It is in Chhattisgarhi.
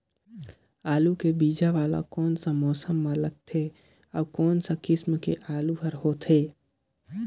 आलू के बीजा वाला कोन सा मौसम म लगथे अउ कोन सा किसम के आलू हर होथे?